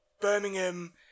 Birmingham